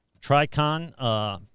Tricon